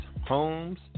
homes